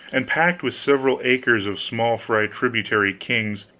and packed with several acres of small-fry tributary kings,